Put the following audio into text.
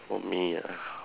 what me